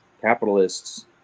capitalists